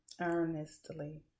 earnestly